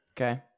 Okay